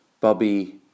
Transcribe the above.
Bobby